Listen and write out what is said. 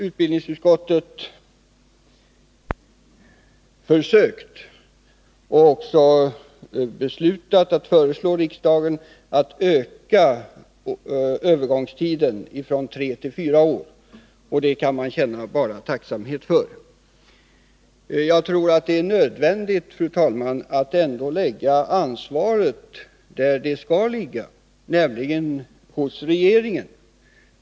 Utbildningsutskottet har beslutat föreslå riksdagen att förlänga övergångstiden från tre till fyra år. Det kan man bara känna tacksamhet för. Jag tror emellertid att det är nödvändigt, fru talman, att lägga ansvaret där det skall ligga, nämligen hos regeringen.